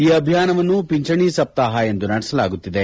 ಈ ಅಭಿಯಾನವನ್ನು ಪಿಂಚಣಿ ಸಪ್ತಾಪ ಎಂದು ನಡೆಸಲಾಗುತ್ತಿದೆ